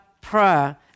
prayer